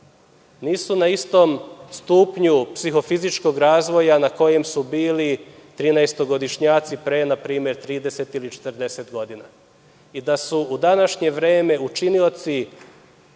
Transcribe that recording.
nisu na istom stupnju psihofizičkog razvoja na kojem su bili trinaestogodišnjaci pre 30 ili 40 godina i da su u današnje vreme učinioci